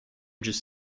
just